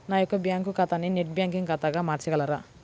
నా యొక్క బ్యాంకు ఖాతాని నెట్ బ్యాంకింగ్ ఖాతాగా మార్చగలరా?